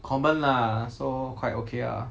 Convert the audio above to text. common lah so quite okay ah